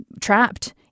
trapped